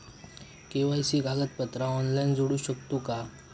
KYC कागदपत्रा online जोडू शकतू का?